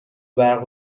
برق